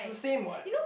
the same what